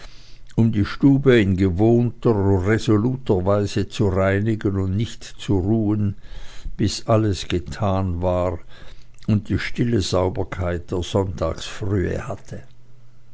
um die stube in gewohnter resoluter weise zu reinigen und nicht zu ruhen bis alles getan war und die stille sauberkeit der sonntagsfrühe harrte